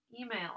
email